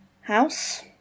house